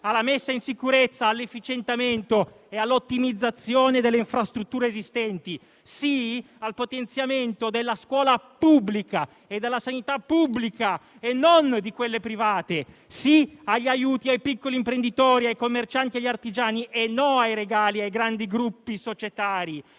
alla messa in sicurezza, all'efficientamento energetico e all'ottimizzazione delle infrastrutture esistenti; sì al potenziamento della scuola pubblica e della sanità pubblica e non di quelle private; sì agli aiuti ai piccoli imprenditori, ai commercianti e agli artigiani; no ai regali ai grandi gruppi societari;